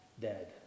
dead